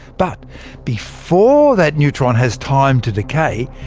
but before that neutron has time to decay,